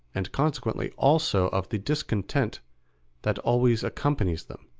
and consequently also of the discontent that always accompanies them,